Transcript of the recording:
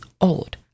old